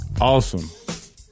awesome